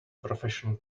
professional